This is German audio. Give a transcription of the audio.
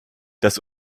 das